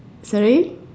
sorry